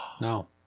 No